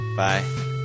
Bye